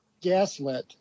Gaslit